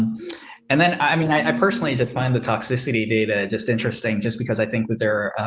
and then, i mean, i, i personally defined the toxicity data. just interesting. just because i think that there,